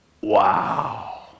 wow